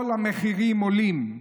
"כל המחירים עולים,